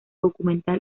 documental